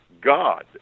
God